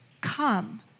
come